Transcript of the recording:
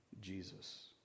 Jesus